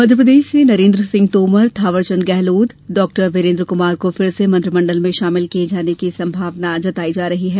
मध्यप्रदेश से नरेन्द्र सिंह तोमर थावर चंद गेहलोत डाक्टर वीरेन्द्र कुमार को फिर से मंत्रिमंडल में शामिल किये जाने की संभावना जताई जा रही है